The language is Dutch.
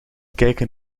kijken